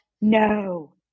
No